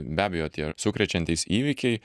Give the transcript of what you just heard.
be abejo tie sukrečiantys įvykiai